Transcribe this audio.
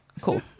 Cool